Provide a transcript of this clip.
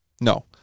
No